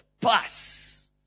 bus